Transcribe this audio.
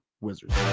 Wizards